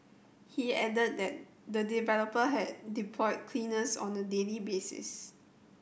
he added that the developer had deployed cleaners on a daily basis